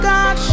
God